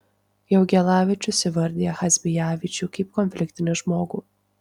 jaugielavičius įvardija chazbijavičių kaip konfliktinį žmogų